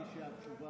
יש מי, לא